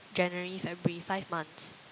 January February five months